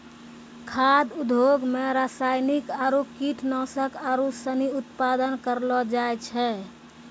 खाद्य उद्योग मे रासायनिक आरु कीटनाशक आरू सनी उत्पादन करलो जाय छै